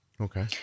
okay